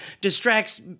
distracts